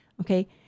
Okay